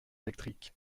électriques